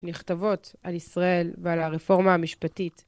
נכתבות על ישראל ועל הרפורמה המשפטית.